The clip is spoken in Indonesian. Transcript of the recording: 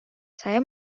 saya